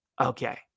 Okay